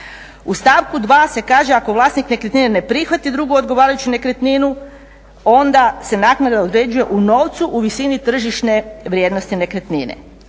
U stavku 2. se kaže ako vlasnik nekretnine ne prihvati drugu odgovarajuću nekretninu onda se naknada određuje u novcu u visini tržišne vrijednosti nekretnine.